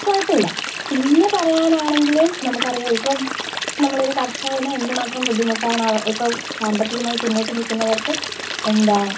കുഴപ്പമില്ല പിന്നെ പറയാനാണെങ്കിൽ നമുക്കറിയാം ഇപ്പോൾ നമ്മളൊരു കര്ഷകന് എന്തു മാത്രം ബുദ്ധിമുട്ടാണ് അവ ഇപ്പോൾ സാമ്പത്തികമായി പിന്നോട്ടു നിൽക്കുന്നവര്ക്ക് എന്താ